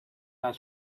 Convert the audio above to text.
not